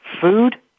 food